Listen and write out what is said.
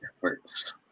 first